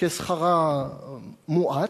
ששכרה מועט,